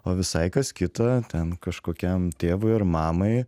o visai kas kita ten kažkokiam tėvui ar mamai